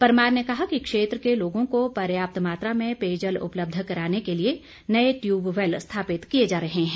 परमार ने कहा कि क्षेत्र के लोगों को पर्याप्त मात्रा में पेयजल उपलब्ध कराने के लिए नए टयूब वैल स्थापित किए जा रहे हैं